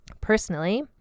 personally